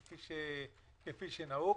כפי שנהוג.